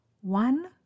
One